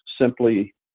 simply